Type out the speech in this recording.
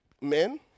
Men